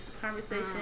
conversation